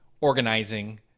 organizing